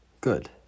good